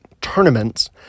tournaments